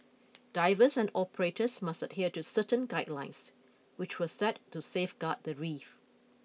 divers and operators must adhere to certain guidelines which were set to safeguard the reef